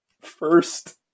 first